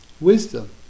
Wisdom